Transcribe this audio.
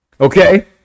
Okay